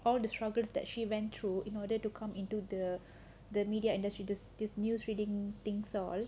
all the struggles that she went through in order to come into the the media industry there's this news reading things all